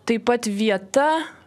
taip pat vieta